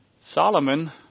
Solomon